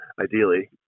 ideally